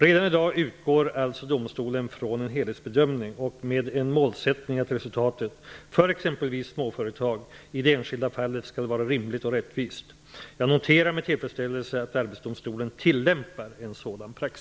Redan i dag utgår alltså domstolen från en helhetsbedömning och med en målsättning att resultatet, för exempelvis småföretag, i det enskilda fallet skall vara rimligt och rättvist. Jag noterar med tillfredsställelse att Arbetsdomstolen tillämpar en sådan praxis.